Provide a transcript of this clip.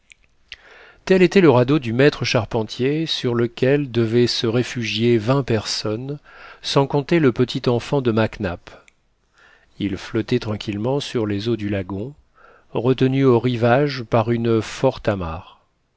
tel était le radeau du maître charpentier sur lequel devaient se réfugier vingt personnes sans compter le petit enfant de mac nap il flottait tranquillement sur les eaux du lagon retenu au rivage par une forte amarre